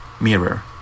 Mirror